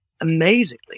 amazingly